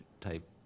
type